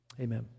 amen